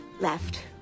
left